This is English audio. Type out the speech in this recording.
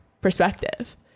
perspective